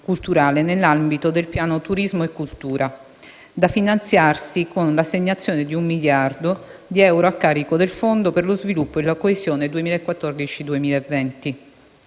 culturale, nell'ambito del piano «Turismo e cultura», da finanziarsi con l'assegnazione di un miliardo di euro a carico del Fondo per lo sviluppo e la coesione 2014-2020.